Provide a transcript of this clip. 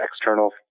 external